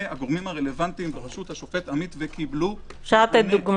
הגורמים הרלוונטיים הראשות השופט עמית וקיבלו מענה.